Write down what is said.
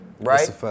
right